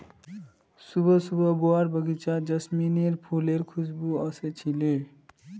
सुबह सुबह बुआर बगीचात जैस्मीनेर फुलेर खुशबू व स छिले